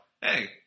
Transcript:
hey